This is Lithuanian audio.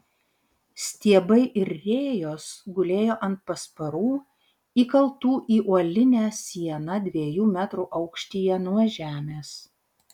stiebai ir rėjos gulėjo ant pasparų įkaltų į uolinę sieną dviejų metrų aukštyje nuo žemės